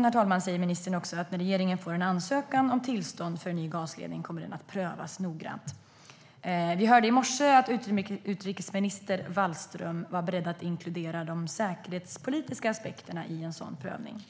När regeringen får en ansökan om tillstånd för en ny gasledning kommer den att prövas noggrant, sa ministern i sitt svar på min interpellation. Vi hörde i morse att utrikesminister Wallström var beredd att inkludera de säkerhetspolitiska aspekterna i en sådan prövning.